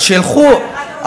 אז שילכו,